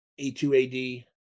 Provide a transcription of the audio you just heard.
A2AD